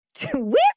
Twist